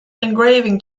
engraving